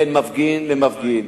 בין מפגין למפגין,